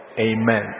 Amen